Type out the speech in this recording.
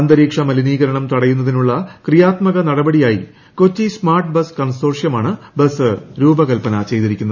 അന്തരീക്ഷ മലിനീകരണം തടയുന്നതിനുളള ക്രിയാത്മക നടപടിയായി കൊച്ചി സ്മാർട്ട് ബസ് കൺസോർഷ്യമാണ് ബസ് രൂപകൽപ്പന ചെയ്തിരിക്കുന്നത്